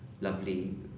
lovely